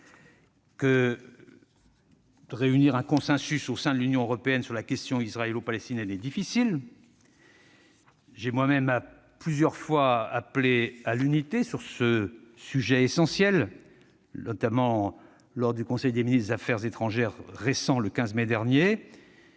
de réunir un consensus au sein de l'Union européenne sur la question israélo-palestinienne. J'ai moi-même plusieurs fois appelé à l'unité sur ce sujet essentiel, notamment lors du Conseil des ministres des affaires étrangères récent, le 15 mai dernier.